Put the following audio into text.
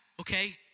okay